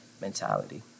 mentality